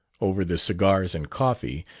over the cigars and coffee,